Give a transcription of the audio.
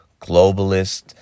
globalist